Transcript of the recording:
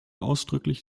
ausdrücklich